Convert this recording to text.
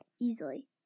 easily